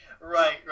right